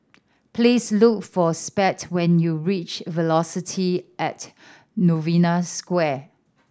please look for when you reach Velocity at Novena Square